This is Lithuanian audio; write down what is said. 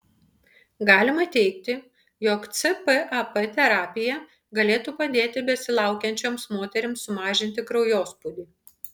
galima teigti jog cpap terapija galėtų padėti besilaukiančioms moterims sumažinti kraujospūdį